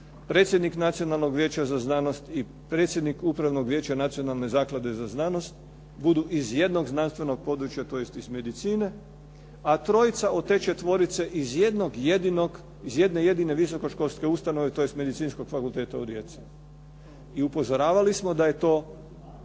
predsjednik Nacionalnog vijeća za znanost i predsjednik Upravnog vijeća Nacionalne zaklade za znanost budu iz jednog znanstvenog područja tj. iz medicine. A trojca od te četvorice iz jednog jedinog, iz jedne jedine visokoškolske ustanove, tj. Medicinskog fakulteta u Rijeci. I upozoravali smo da je to